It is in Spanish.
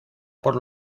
por